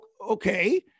okay